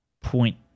point